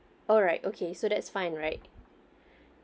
alright okay so that's fine right